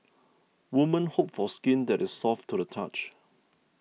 women hope for skin that is soft to the touch